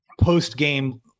post-game